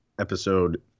episode